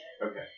Okay